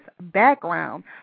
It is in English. background